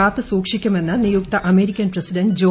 കാത്തു സൂക്ഷിക്കുമെന്ന് നിയുക്ത അമേരിക്കൻ പ്രസിഡന്റ് ജോ ബൈഡൻ